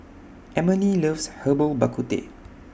Emilie loves Herbal Bak Ku Teh